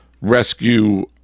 Rescue